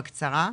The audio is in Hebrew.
בקצרה.